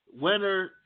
winner